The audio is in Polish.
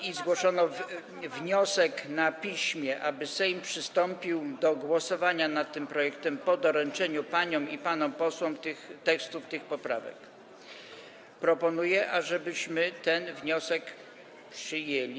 i wniosek na piśmie, aby Sejm przystąpił do głosowania nad tym projektem po doręczeniu paniom i panom posłom tekstów tych poprawek, proponuję, ażebyśmy ten wniosek przyjęli.